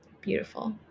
beautiful